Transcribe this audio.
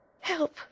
Help